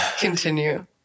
continue